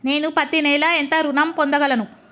నేను పత్తి నెల ఎంత ఋణం పొందగలను?